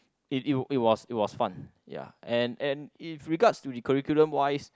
it it it was it was fun ya and and in regards to the curriculum wise